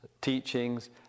teachings